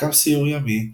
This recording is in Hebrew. מכ"ם סיור ימי,